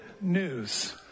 news